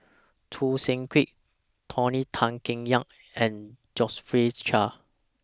Choo Seng Quee Tony Tan Keng Yam and Josephine Chia